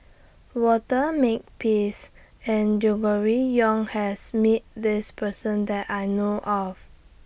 Walter Makepeace and Gregory Yong has Met This Person that I know of